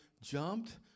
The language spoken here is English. jumped